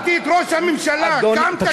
שהזכרתי את ראש הממשלה, קמת עלי גם עם זה?